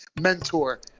mentor